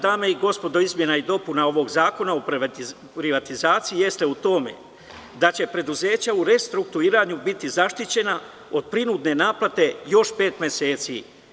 Dame i gospodo, suština izmena i dopuna ovog Zakona o privatizaciji jeste u tome da će preduzeća u restrukturiranju biti zaštićena od prinudne naplate još pet meseci.